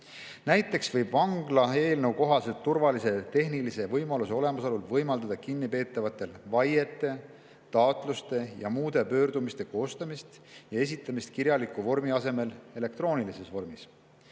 Näiteks võib eelnõu kohaselt vangla turvalise tehnilise võimaluse olemasolul võimaldada kinnipeetavatel vaiete, taotluste ja muude pöördumiste koostamist ja esitamist kirjaliku vormi asemel elektroonilises vormis.